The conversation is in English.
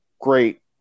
great –